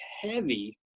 heavy